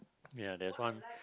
ya there's one